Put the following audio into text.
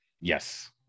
yes